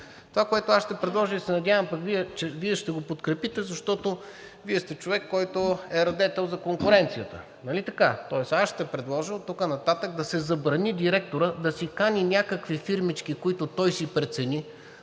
това, което аз ще предложа, и се надявам, че Вие ще го подкрепите, защото Вие сте човек, който е радетел за конкуренцията, нали така? Тоест аз ще предложа оттук нататък да се забрани директорът да си кани някакви фирмички, които той си прецени